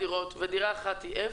ודירה אחת היא F,